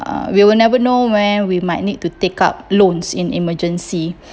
uh we will never know when we might need to take up loans in emergency